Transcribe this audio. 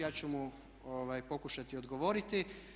Ja ću mu pokušati odgovorit.